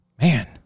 man